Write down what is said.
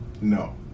No